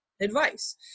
advice